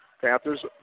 Panthers